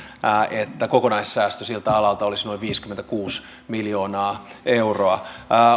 että kokonaissäästö siltä alalta olisi noin viisikymmentäkuusi miljoonaa euroa